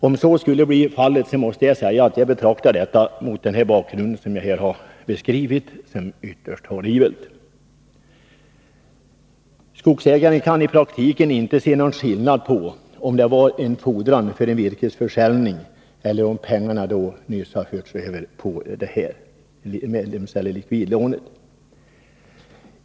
Om så skulle bli fallet, måste jag säga att jag, mot den bakgrund som jag här har beskrivit, betraktar det som ytterst horribelt. Skogsägare kan i praktiken inte se någon skillnad mellan om pengarna avser en fordran för virkesförsäljning och om de förs över på ett medlemslån-virkeslån.